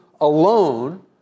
alone